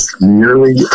nearly